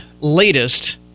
latest